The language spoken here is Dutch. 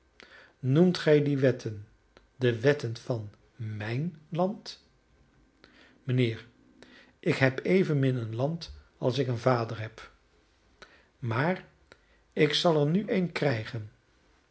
noemt gij die wetten de wetten van mijn land mijnheer ik heb evenmin een land als ik een vader heb maar ik zal er nu een krijgen